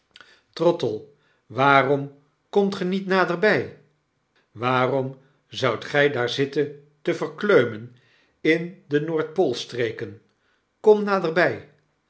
trottle waarom komt ge niet naderby waarom zoudt gy daar zitten te verkleumen in de noordpoolstreken korn naderbij